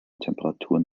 temperaturen